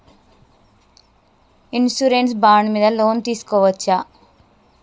Insurance bond మీద loan తీస్కొవచ్చా?